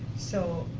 so